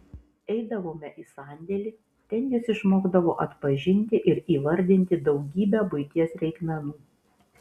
eidavome į sandėlį ten jis išmokdavo atpažinti ir įvardinti daugybę buities reikmenų